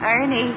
Ernie